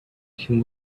him